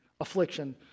affliction